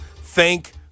Thank